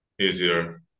easier